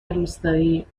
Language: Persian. روستایی